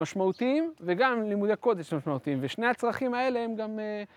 משמעותיים, וגם לימודי הקוד יש משמעותיים, ושני הצרכים האלה הם גם...